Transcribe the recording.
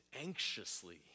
anxiously